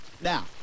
Now